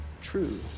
true